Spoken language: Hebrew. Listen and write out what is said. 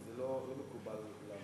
כי זה לא מקובל לעמוד.